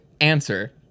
answer